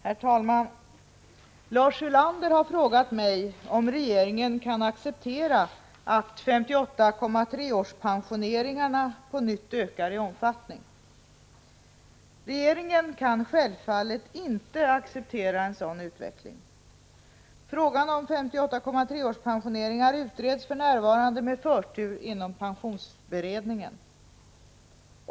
Herr talman! Lars Ulander har frågat mig om regeringen kan acceptera att 58,3-årspensioneringarna på nytt ökar i omfattning. Regeringen kan självfallet inte acceptera en sådan utveckling. Frågan om 58,3-årspensioneringar utreds för närvarande med förtur inom pensionsberedningen.